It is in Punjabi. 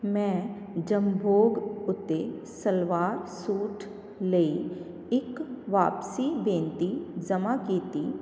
ਮੈਂ ਜਬੋਂਗ ਉੱਤੇ ਸਲਵਾਰ ਸੂਟ ਲਈ ਇੱਕ ਵਾਪਸੀ ਬੇਨਤੀ ਜਮ੍ਹਾਂ ਕੀਤੀ